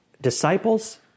disciples